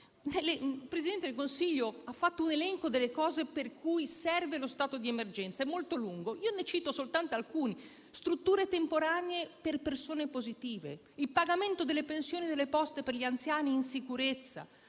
Il Presidente del Consiglio ha fatto un elenco molto lungo delle cose per cui serve lo stato di emergenza. Ne cito soltanto alcune: strutture temporanee per persone positive, il pagamento delle pensioni delle Poste per gli anziani in sicurezza,